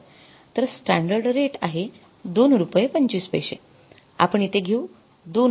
तर standard rate आहे २ रुपये २५ पैसे आपण इथे घेऊ २